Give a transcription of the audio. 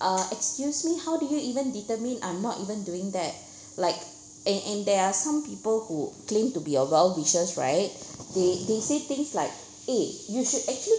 uh excuse me how did you even determine I'm not even doing that like and and there are some people who claim to be a well wishers right they they say things like eh you should actually